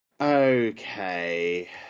okay